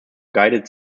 guided